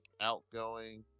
outgoing